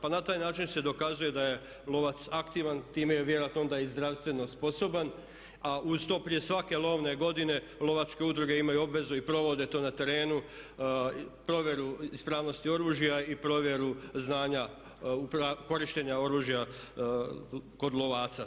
Pa na taj način se dokazuje da je lovac aktivan, time je vjerojatno onda i zdravstveno sposoban a uz to prije svake lovne godine lovačke udruge imaju obavezu i provode to na terenu provjeru ispravnosti oružja i provjeru znanja korištenja oružja kod lovaca.